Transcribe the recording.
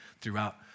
throughout